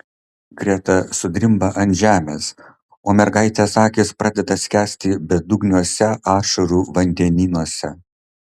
greta sudrimba ant žemės o mergaitės akys pradeda skęsti bedugniuose ašarų vandenynuose